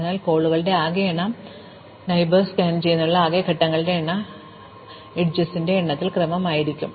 അതിനാൽ കോളുകളുടെ ആകെ എണ്ണം അയൽക്കാരെ സ്കാൻ ചെയ്യുന്നതിനുള്ള ആകെ ഘട്ടങ്ങളുടെ എണ്ണം ഞങ്ങൾ അരികുകളുടെ എണ്ണത്തിന്റെ ക്രമം ആയിരിക്കും